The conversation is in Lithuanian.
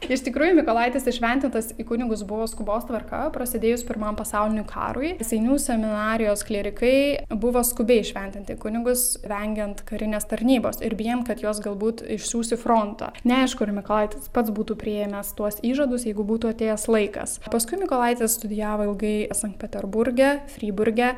jis tikrai mykolaitis įšventintas į kunigus buvo skubos tvarka prasidėjus pirmam pasauliniam karui seinių seminarijos klierikai buvo skubiai įšventinti į kunigus vengiant karinės tarnybos ir bijant kad juos galbūt išsiųsti frontą neaišku ar mykolaitis pats būtų priėmęs tuos įžadus jeigu būtų atėjęs laikas paskui mykolaitis studijavo ilgai sankt peterburge freiburge